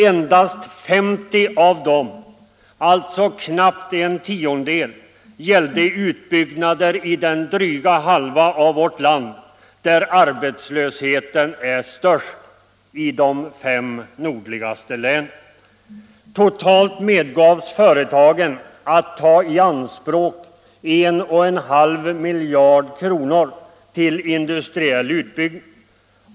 Endast 50 av dem, alltså knappt en tiondel, gällde utbyggnader i den dryga halva av vårt land där arbetslösheten är störst — de fem nordligaste länen. Totalt medgavs företagen att ta i anspråk nära en och en halv miljard kronor till industriell utbyggnad.